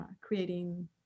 creating